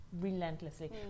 Relentlessly